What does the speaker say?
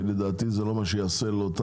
ולדעתי מבחינתו זה לא מה שיעשה לו את